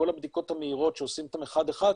כל הבדיקות המהירות שעושים אותן אחד-אחד,